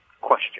Question